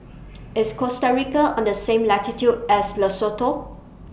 IS Costa Rica on The same latitude as Lesotho